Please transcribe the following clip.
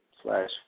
slash